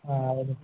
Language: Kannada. ಹಾಂ ಅದೆ